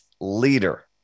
leader